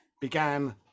began